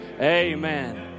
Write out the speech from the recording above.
amen